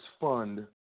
Fund